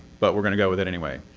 but we're gonna go with it anyway.